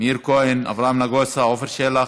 מאיר כהן, אברהם נגוסה, עפר שלח,